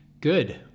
Good